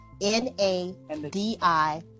N-A-D-I-